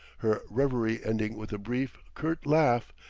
her reverie ending with a brief, curt laugh,